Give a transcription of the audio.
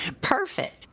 Perfect